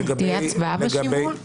תהיה הצבעה בשימוע?